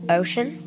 ocean